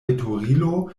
veturilo